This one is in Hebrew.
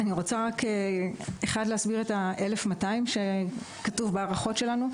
אני רוצה להסביר את ה-1,200 שכתוב בהערכות שלנו.